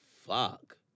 fuck